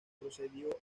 procedió